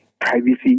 privacy